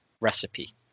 recipe